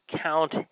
Count